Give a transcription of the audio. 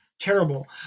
Terrible